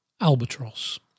Albatross